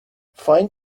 find